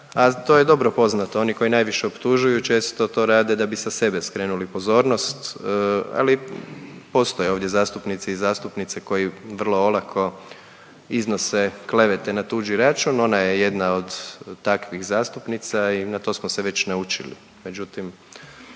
A to je dobro poznato, oni koji najviše optužuju često to rade da bi sa sebe skrenuli pozornost, ali postoje ovdje zastupnici i zastupnice koji vrlo olako iznose klevete na tuđi račun. Ona je jedna od takvih zastupnica i na to smo se već naučili.